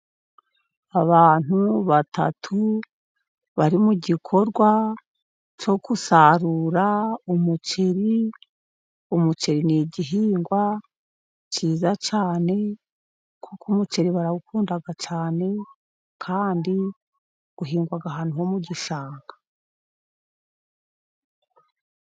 Abantu batatu bari mu gikorwa cyo gusarura umuceri. Umuceri ni igihingwa cyiza cyane kuko umuceri barawukunda cyane kandi uhingwa ahantu ho mu gishanga.